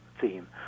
theme